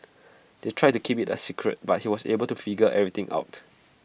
they tried to keep IT A secret but he was able to figure everything out